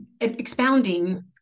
expounding